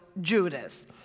Judas